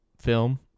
film